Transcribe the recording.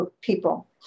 people